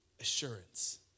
assurance